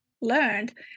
learned